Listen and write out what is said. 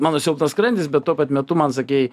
mano silpnas skrandis bet tuo pat metu man sakei